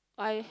I